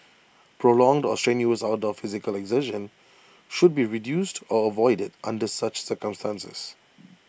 prolonged or strenuous outdoor physical exertion should be reduced or avoided under such circumstances